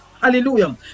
Hallelujah